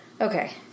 Okay